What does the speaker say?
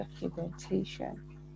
documentation